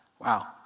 Wow